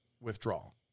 withdrawal